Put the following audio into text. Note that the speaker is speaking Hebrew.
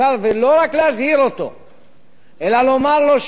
ולא רק להזהיר אותו אלא לומר לו שאם